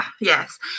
yes